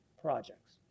projects